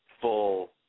full